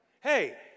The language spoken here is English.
Hey